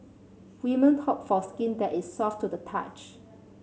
women hope for skin that is soft to the touch